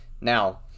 now